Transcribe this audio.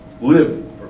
live